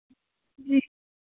ठंडा या नॉर्मल लेंगे